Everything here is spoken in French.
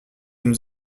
nous